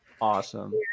Awesome